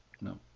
No